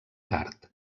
gard